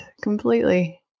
completely